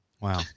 Wow